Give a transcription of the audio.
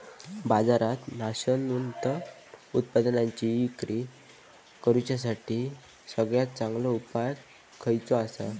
बाजारात नाशवंत उत्पादनांची इक्री करुच्यासाठी सगळ्यात चांगलो उपाय खयचो आसा?